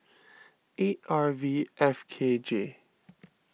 eight R V F K J